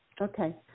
Okay